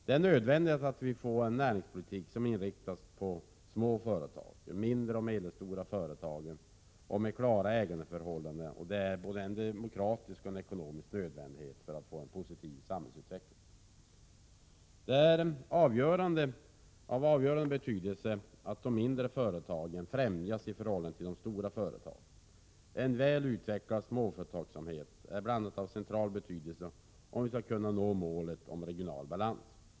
Det är nödvändigt att vi får en näringspolitik, som inriktas på de mindre och medelstora företagen med klara ägarförhållanden. Det är en både demokratisk och ekonomisk nödvändighet för att vi skall kunna få en positiv samhällsutveckling. Det är av avgörande betydelse att man främjar de mindre företagen i förhållande till de stora företagen. En väl utvecklad småföretagsamhet är bl.a. av central betydelse om vi skall kunna nå målet om regional balans.